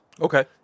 Okay